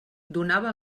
donava